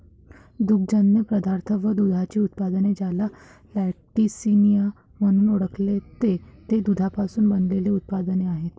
दुग्धजन्य पदार्थ व दुधाची उत्पादने, ज्याला लॅक्टिसिनिया म्हणून ओळखते, ते दुधापासून बनविलेले उत्पादने आहेत